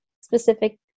specific